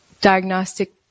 diagnostic